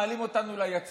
מעלים אותנו ליציע.